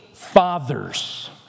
Fathers